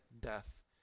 death